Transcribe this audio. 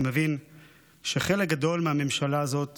אני מבין שחלק גדול מהממשלה הזאת